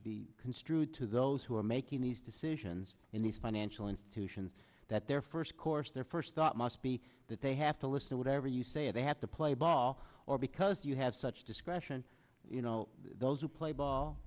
be construed to those who are making these decisions in these financial institutions that their first course their first thought must be that they have to listen whatever you say if they have to play ball or because you have such discretion you know those who play ball